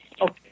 Okay